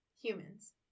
humans